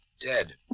Dead